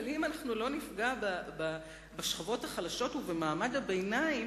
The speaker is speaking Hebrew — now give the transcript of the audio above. אבל אם לא נפגע בשכבות החלשות ובמעמד הביניים,